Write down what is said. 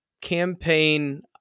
campaign